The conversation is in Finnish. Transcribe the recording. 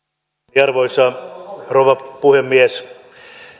arvoisa rouva puhemies